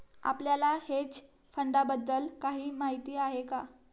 आपल्याला हेज फंडांबद्दल काही माहित आहे का?